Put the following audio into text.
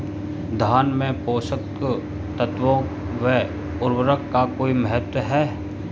धान में पोषक तत्वों व उर्वरक का कोई महत्व है?